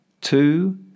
two